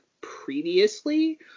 previously